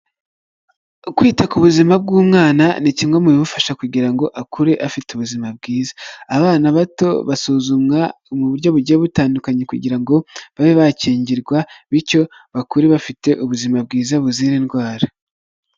Kwita ku buzima bw'umwana ni kimwe mu bimufasha kugira ngo akure afite ubuzima bwiza. Abana bato basuzumwa mu buryo bugiye butandukanye kugira ngo babe bakingirwa, bityo bakure bafite ubuzima bwiza buzira indwara.